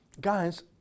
Guys